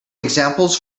examples